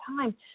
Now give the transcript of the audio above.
time